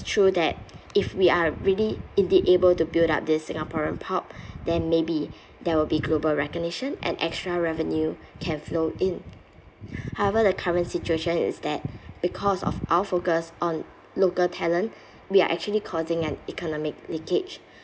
true that if we are really in the able to build up this singaporean pop then maybe there will be global recognition and extra revenue can flow in however the current situation is that because of our focus on local talent we are actually causing an economic leakage